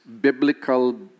biblical